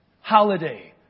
holiday